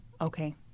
Okay